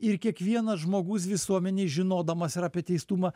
ir kiekvienas žmogus visuomenėj žinodamas ir apie teistumą